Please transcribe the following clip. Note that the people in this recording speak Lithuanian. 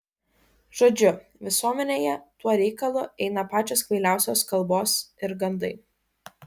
žodžiu visuomenėje tuo reikalu eina pačios kvailiausios kalbos ir gandai